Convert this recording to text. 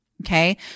Okay